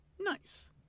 Nice